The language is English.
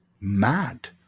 mad